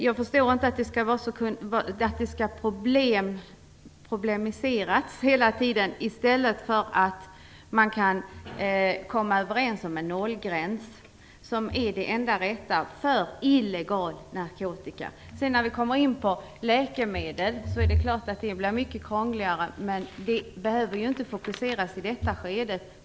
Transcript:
Jag förstår inte att detta skall problematiseras hela tiden i stället för att man kommer överens om en nollgräns, som är det enda rätta för illegal narkotika. När vi kommer in på läkemedel blir det mycket krångligare. Men den frågan behöver inte fokuseras i detta skede.